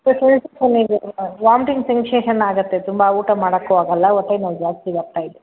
vomiting sensation ಆಗತ್ತೆ ತುಂಬ ಊಟ ಮಾಡೋಕ್ಕೂ ಆಗಲ್ಲ ಹೊಟ್ಟೆ ನೋವು ಜಾಸ್ತಿ ಬರ್ತಾಯಿದೆ